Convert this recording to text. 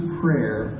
prayer